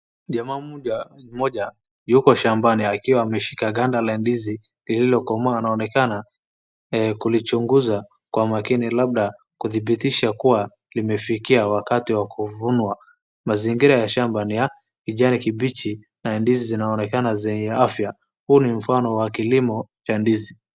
Jamaa mmoja yuko kwa shamba la ndizi lililokomaa. Anaonekana kulichunguza kwa makini labda kudhibitisha kuwa limefikia wakati wa kuvunwa. Mazingira ya shamba ni ya kijani kibichi na ndizi zinaonekana zenye afya. Huu ni mfano wa kilimo cha ndizi.